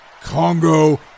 Congo